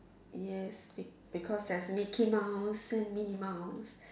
yes be because there is mickey mouse and Minnie mouse